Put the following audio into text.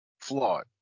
flawed